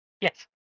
yes